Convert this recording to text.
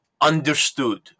understood